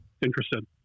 interested